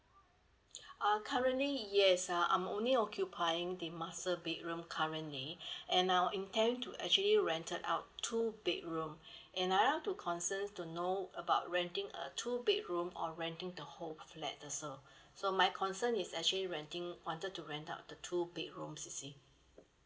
uh currently yes uh I'm only occupying the master bedroom currently and now intend to actually rented out two bedroom and I have two concerns to know about renting a two bedroom or renting the whole flat also so my concern is actually renting wanted to rent out the two bedrooms you see